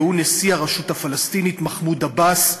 והוא נשיא הרשות הפלסטינית מחמוד עבאס,